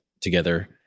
together